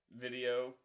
video